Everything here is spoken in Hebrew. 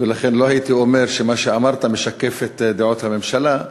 ולכן לא הייתי אומר שמה שאמרת משקף את דעות הממשלה,